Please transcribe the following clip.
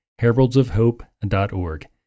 heraldsofhope.org